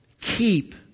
keep